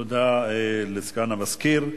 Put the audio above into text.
תודה לסגן המזכיר.